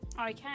Okay